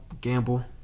gamble